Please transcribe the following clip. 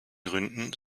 gründen